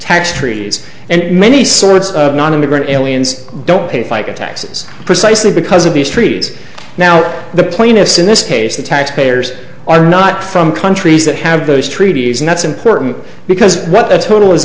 tax treaties and many sorts of nonimmigrant aliens don't pay fica taxes precisely because of these treaties now the plaintiffs in this case the tax payers are not from countries that have those treaties and that's important because what the total